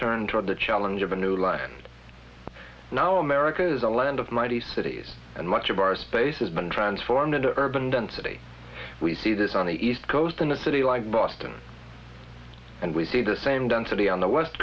turned toward the challenge of a new life now america is a land of mighty cities and much of our space has been transformed into urban density we see this on the east coast in a city like boston and we see the same density on the west